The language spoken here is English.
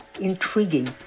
intriguing